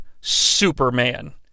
Superman